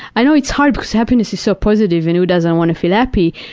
i know it's hard because happiness is so positive and who doesn't want to feel happy,